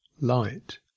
light